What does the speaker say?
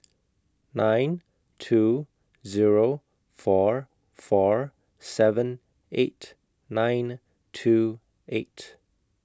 nine two Zero four four seven eight nine two eight